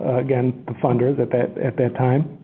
again the funders at that at that time.